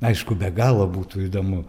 aišku be galo būtų įdomu